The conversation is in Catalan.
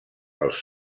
els